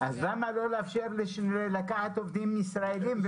אז למה לא לאפשר לקחת עובדים ישראלים,